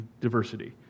diversity